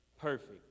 perfect